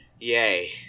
Yay